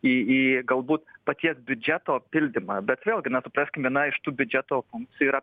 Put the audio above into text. į į galbūt paties biudžeto pildymą bet vėlgi na supraskim viena iš tų biudžeto funkcijų yra